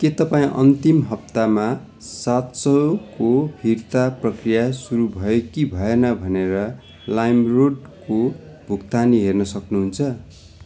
के तपाईँ अन्तिम हप्तामा सात सौको फिर्ता प्रक्रिया सुरु भयो कि भएन भनेर लाइम रोडको भुक्तानी हेर्न सक्नुहुन्छ